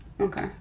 Okay